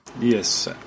Yes